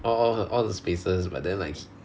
al~ all the all the spaces but then like h~